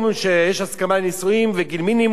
שיש הסכמה על נישואים וגיל מינימום.